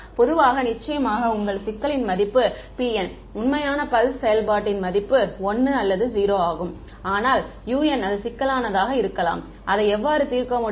பொதுவாக நிச்சயமாக உங்கள் சிக்கலின் மதிப்பு pn உண்மையான பல்ஸ் செயல்பாட்டின் மதிப்பு 1 அல்லது 0 ஆகும் ஆனால் un அது சிக்கலானதாக இருக்கலாம் அதை எவ்வாறு தீர்க்க முடியும்